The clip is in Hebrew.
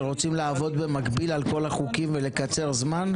שרוצים לעבוד במקביל על כל החוקים ולקצר זמן?